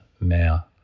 now